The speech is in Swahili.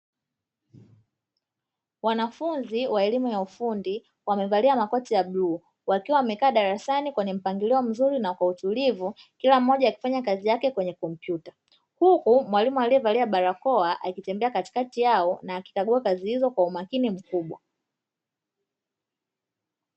Wanafunzi wa elimu ya ufundi, wamevalia makoti ya bluu, wakiwa wamekaa darasani kwenye mpangilio mzuri na kwa utulivu, kila mmoja akifanya kazi yake kwenye kompyuta, huku mwalimu aliyevalia barakoa akitembea katikati yao akikagua kazi hizo kwa umakini mkubwa.